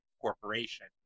corporation